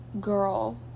Girl